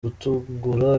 gutungura